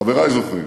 חברי זוכרים.